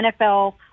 NFL